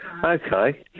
Okay